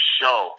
show